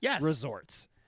resorts